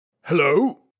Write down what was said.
Hello